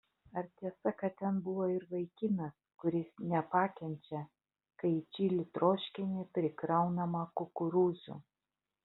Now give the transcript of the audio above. ar tiesa kad ten buvo ir vaikinas kuris nepakenčia kai į čili troškinį prikraunama kukurūzų